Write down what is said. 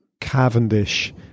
Cavendish